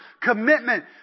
commitment